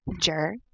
Jerk